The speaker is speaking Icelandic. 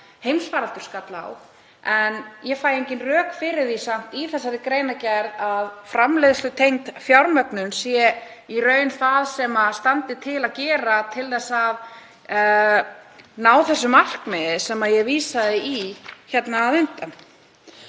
heimsfaraldur skall á en ég finn engin rök fyrir því samt í þessari greinargerð að framleiðslutengd fjármögnun sé í raun það sem standi til að gera til að ná því markmiði sem ég vísa í hér að framan.